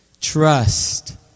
Trust